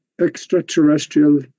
extraterrestrial